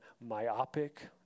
myopic